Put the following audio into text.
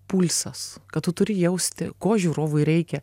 pulsas ką tu turi jausti ko žiūrovui reikia